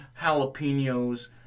jalapenos